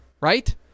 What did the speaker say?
Right